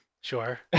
Sure